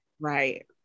Right